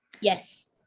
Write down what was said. Yes